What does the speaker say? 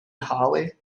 hollie